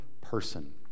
person